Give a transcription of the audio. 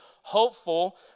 hopeful